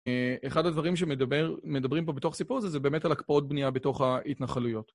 אחד הדברים שמדבר, מדברים פה בתוך סיפור הזה, זה באמת על הקפאות בנייה בתוך ההתנחלויות.